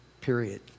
Period